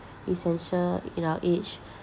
essential in our age